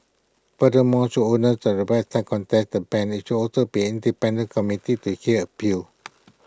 furthermore should owners of the websites contest the ban IT should also be independent committee to hear appeals